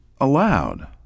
allowed